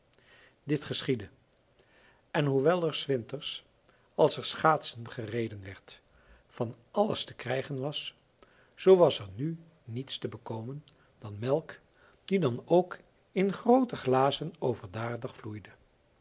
dit geschiedde en hoewel er s winters als er schaatsen gereden werd van alles te krijgen was zoo was er nu niets te bekomen dan melk die dan ook in groote glazen overdadig vloeide